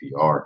PR